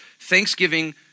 Thanksgiving